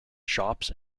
shops